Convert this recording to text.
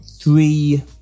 three